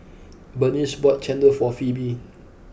Burnice bought Chendol for Phoebe